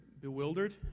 bewildered